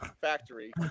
factory